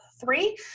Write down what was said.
three